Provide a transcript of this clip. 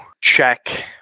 check